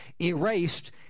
erased